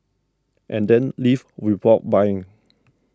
and then leave without buying